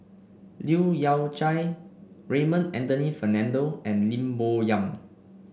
Leu Yew Chye Raymond Anthony Fernando and Lim Bo Yam